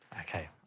Okay